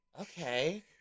Okay